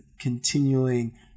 continuing